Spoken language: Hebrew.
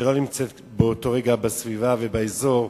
שלא נמצאת באותו רגע בסביבה ובאזור,